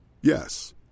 Yes